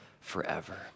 forever